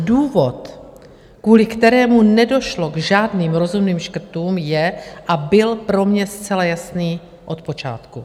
Důvod, kvůli kterému nedošlo k žádným rozumným škrtům je a byl pro mě zcela jasný od počátku.